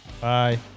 bye